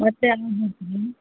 ಮತ್ತೆ